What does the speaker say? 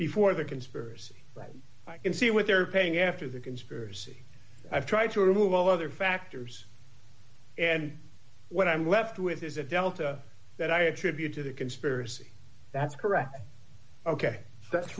before the conspiracy but i can see what they're paying after the conspiracy i've tried to remove all other factors and what i'm left with is a delta that i attribute to the conspiracy that's correct ok that's